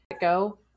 go